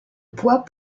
poids